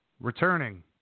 Returning